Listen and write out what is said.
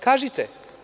Kažite?